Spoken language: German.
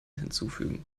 hinzufügen